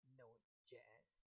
node.js